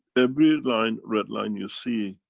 every line, red line you see,